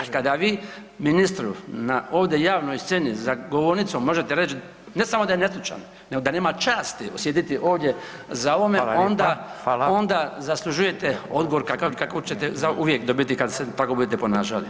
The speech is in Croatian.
Kada vi ministru na ovdje javnoj sceni za govornicom možete reći ne samo da je nestručan, nego da nema časti sjediti ovdje za ovome onda zaslužujete odgovor kakav ćete zauvijek dobiti kada se tako budete ponašali.